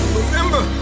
remember